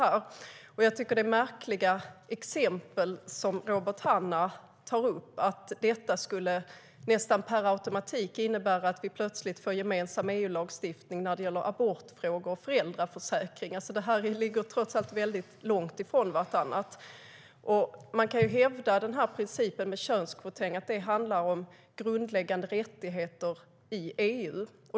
Jag tycker att det är ett märkligt exempel Robert Hannah tar upp, nämligen att detta nästan per automatik skulle innebära att vi plötsligt får gemensam EU-lagstiftning när det gäller abortfrågor och föräldraförsäkring. Detta ligger trots allt väldigt långt ifrån varandra. Man kan hävda att principen om könskvotering handlar om grundläggande rättigheter i EU.